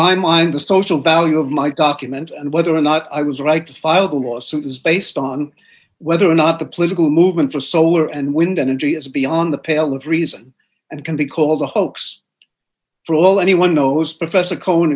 my mind the social value of my document and whether or not i was right to file the lawsuit is based on whether or not the political movement for solar and wind energy is beyond the pale of reason and can be called a hoax for all anyone knows professor co